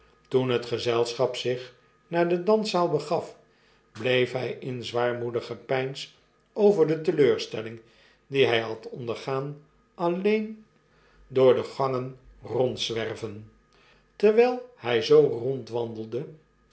toen het gezelschap zich naar de danszaal begaf bleef hij in zwaarmoedig gepeins over de teleurstellingdie hfl had ondergaan alleen door de gangen rondzwerven terwijl hij zoo rondwandelde